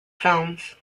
films